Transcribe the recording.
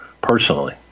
personally